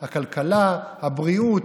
הכלכלה, הבריאות,